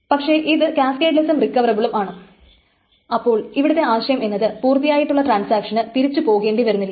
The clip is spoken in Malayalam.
പക്ഷെ ഇത് കാസ്കേഡ്ലെസ്സും റിക്കവറബിളും ആണ് അപ്പോൾ ഇവിടുത്തെ ആശയം എന്നത് പൂർത്തിയായിട്ടുള്ള ട്രാൻസാക്ഷന് തിരിച്ചു പോകേണ്ടി വരുന്നില്ല